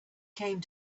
came